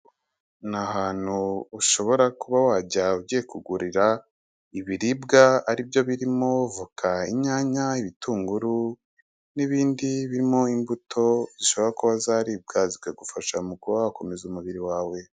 Ni ahantu ushobora kuba wajya ugiye kugurira ibiribwa ari byo birimo voka, inyanya, ibitunguru n'ibindi birimo imbuto zishobora kuba zaribwa zikagufasha mu kuba wakomeza umubiri wawe.